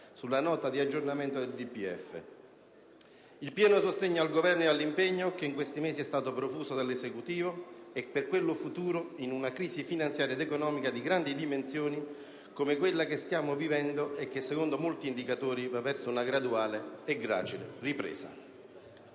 sulla Nota di aggiornamento al DPEF: pieno sostegno al Governo e all'impegno che in questi mesi è stato profuso dall'Esecutivo, in una crisi finanziaria ed economica di grandi dimensioni come quella che stiamo vivendo, e che secondo molti indicatori va verso una graduale e gracile ripresa.